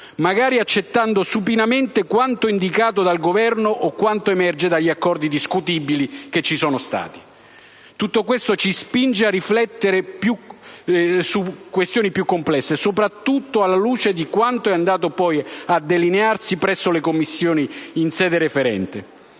magari accettando supinamente quanto indicato dal Governo o quanto emerge negli accordi discutibili che ci sono stati. Tutto questo ci spinge a riflessioni più complesse, soprattutto alla luce di quanto è andato poi delineandosi presso le Commissioni in sede referente,